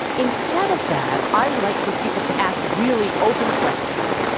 instead of that, i like for people to ask really open questions,